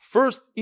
First